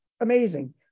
amazing